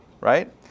right